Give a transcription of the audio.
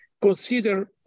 consider